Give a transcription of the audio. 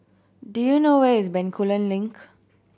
do you know where is Bencoolen Link